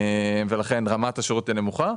ולכן רמת השירות היא נמוכה.